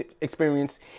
experience